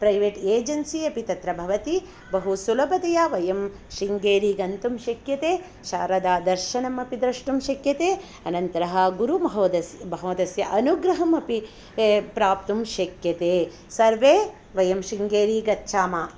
private agency अपि तत्र भवति बहु सुलभतया वयं शृङ्गेरी गन्तुं शक्यते शारदादर्शनम् अपि द्रष्टुं शक्यते अनन्तरं गुरुमहोदयस्य अनुग्रहः अपि प्राप्तुं शक्यते सर्वे वयं शृङ्गेरीं गच्छामः